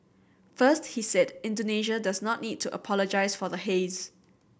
first he said Indonesia does not need to apologise for the haze